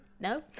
No